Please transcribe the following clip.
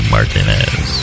Martinez